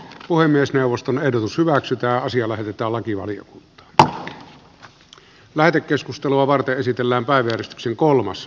puhemiesneuvoston ehdotus hyväksytä asialle kitalakivalio per laite keskustelua varten voidaan viedä eteenpäin